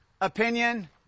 opinion